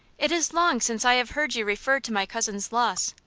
it is long since i have heard you refer to my cousin's loss.